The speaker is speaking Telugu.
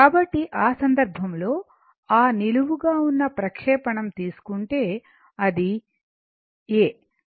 కాబట్టి ఆ సందర్భంలో ఆ నిలువు గా ఉన్న ప్రక్షేపణం తీసుకుంటే అది A B